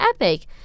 Epic